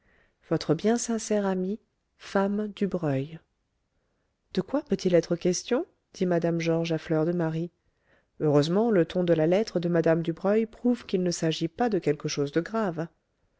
votre bien sincère amie femme dubreuil de quoi peut-il être question dit mme georges à fleur de marie heureusement le ton de la lettre de mme dubreuil prouve qu'il ne s'agit pas de quelque chose de grave